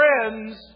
friends